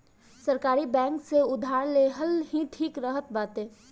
सरकारी बैंक से उधार लेहल ही ठीक रहत बाटे